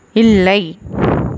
இல்லை